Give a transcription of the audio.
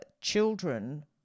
children